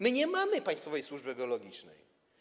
My nie mamy państwowej służby geologicznej.